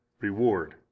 reward